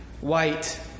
white